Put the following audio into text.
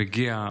הוא מגיע,